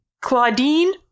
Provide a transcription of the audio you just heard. Claudine